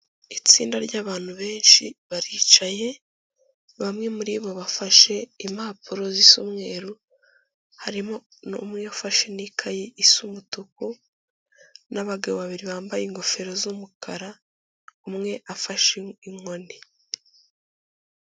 Itsinda ry'abantu benshi baricaye, bamwe muri bo bafashe impapuro zisa umweru, harimo n'umwe yafashe n'ikayi isa umutuku n'abagabo babiri bambaye ingofero z'umukara, umwe afashe inkoni.